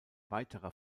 weiterer